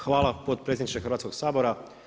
Hvala potpredsjedniče Hrvatskog sabora.